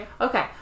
okay